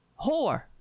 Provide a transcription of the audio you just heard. whore